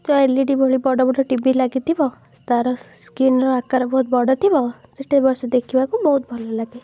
ତ L E D ଭଳି ବଡ଼ ବଡ଼ ଟି ଭି ଲାଗିଥିବ ତା'ର ସ୍କ୍ରିନ୍ର ଆକାର ବହୁତ ବଡ଼ ଥିବ ସେଇଠି ବସି ଦେଖିବାକୁ ବହୁତ ଭଲଲାଗେ